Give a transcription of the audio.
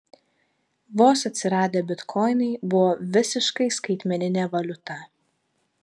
vos atsiradę bitkoinai buvo visiškai skaitmeninė valiuta